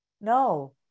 no